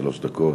שלוש דקות.